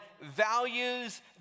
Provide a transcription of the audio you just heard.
values